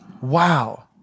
Wow